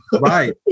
right